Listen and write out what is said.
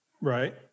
Right